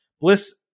Bliss